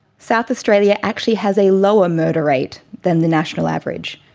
south australia actually has a lower murder rate than the national average